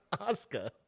Oscar